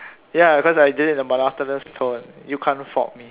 ya cos I did it in a monotonous tone you can't fault me